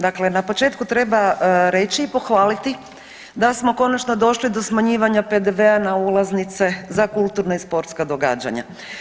Dakle na početku treba reći i pohvaliti da smo konačno došli do smanjivanja PDV-a na ulaznice za kulturna i sportska događanja.